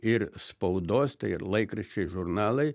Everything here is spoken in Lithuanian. ir spaudos tai ir laikraščiai žurnalai